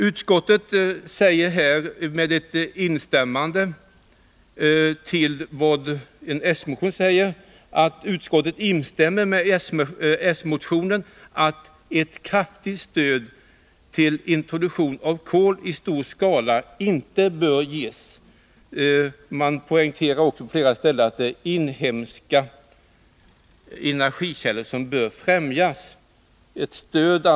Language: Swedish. Utskottet instämmer här med den socialdemokratiska motionen att ett kraftigt stöd till introduktion av kol i stor skala inte bör ges. Utskottet poängterar också på flera ställen att det är inhemska energikällor som bör främjas.